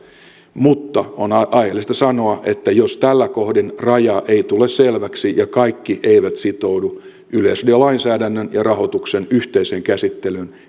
mutta on aiheellista sanoa että jos tällä kohdin raja ei tule selväksi ja kaikki eivät sitoudu yleisradiolainsäädännön ja rahoituksen yhteiseen käsittelyyn